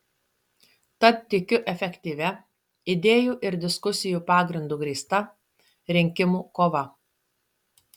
tad tikiu efektyvia idėjų ir diskusijų pagrindu grįsta rinkimų kova